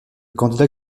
candidat